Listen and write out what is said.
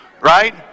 Right